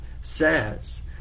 says